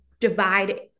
divide